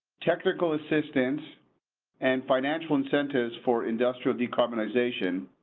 technical assistance and financial incentives for industrial decarbonization,